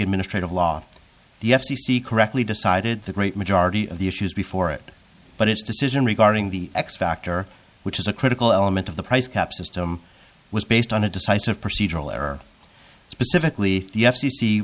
administrative law the f c c correctly decided the great majority of the issues before it but its decision regarding the x factor which is a critical element of the price caps system was based on a decisive procedural error specifically the f